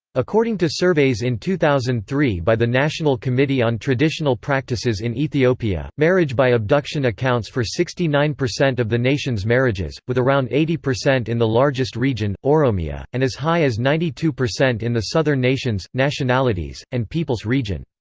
according to surveys in two thousand and three by the national committee on traditional practices in ethiopia, marriage by abduction accounts for sixty nine percent of the nation's marriages, with around eighty percent in the largest region, oromiya, and as high as ninety two percent in the southern nations, nationalities, and peoples' region.